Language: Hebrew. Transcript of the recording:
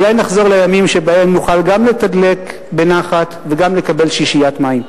אולי נחזור לימים שבהם נוכל גם לתדלק בנחת וגם לקבל שישיית מים.